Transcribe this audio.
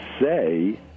say